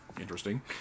interesting